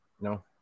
No